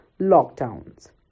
lockdowns